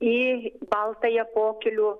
į baltąją pokylių